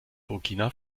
burkina